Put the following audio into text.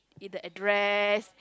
in the address